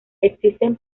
existen